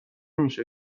میشه